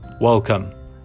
welcome